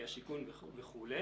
השיכון, וכו'.